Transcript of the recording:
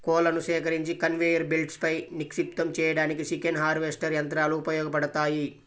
కోళ్లను సేకరించి కన్వేయర్ బెల్ట్పై నిక్షిప్తం చేయడానికి చికెన్ హార్వెస్టర్ యంత్రాలు ఉపయోగపడతాయి